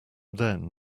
then